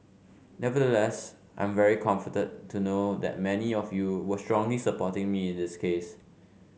nevertheless I'm very comforted to know that many of you were strongly supporting me in this case